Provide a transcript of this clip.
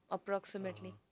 Approximately